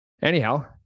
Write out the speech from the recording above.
Anyhow